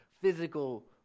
physical